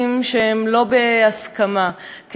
רק פה,